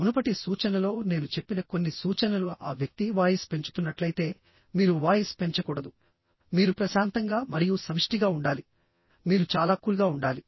మునుపటి సూచనలో నేను చెప్పిన కొన్ని సూచనలుః ఆ వ్యక్తి వాయిస్ పెంచుతున్నట్లయితే మీరు వాయిస్ పెంచకూడదు మీరు ప్రశాంతంగా మరియు సమిష్టిగా ఉండాలి మీరు చాలా కూల్ గా ఉండాలి